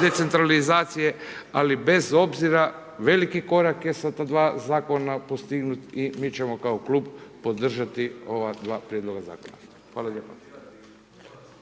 decentralizacije, ali bez obzira velike korake su ta dva Zakona postignut i mi ćemo kao klub podržati ova dva prijedloga Zakona. Hvala lijepo.